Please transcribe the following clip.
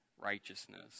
righteousness